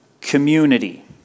community